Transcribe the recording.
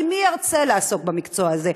כי מי ירצה לעסוק במקצוע הזה?